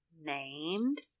named